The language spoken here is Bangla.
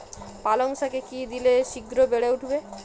পালং শাকে কি দিলে শিঘ্র বেড়ে উঠবে?